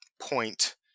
point